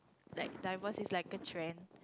like diverse it like a train